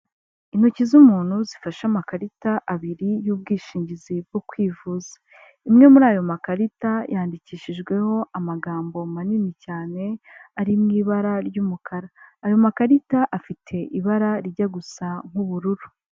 Intoki z'umuntu zifashe amakarita abiri y'ubwishingizi bwo kwivuza. Imwe muri ayo makarita yandikishijweho amagambo manini cyane ari mu ibara ry'umukara ayo makarita afite ibara rijya gusa nk'ubururu.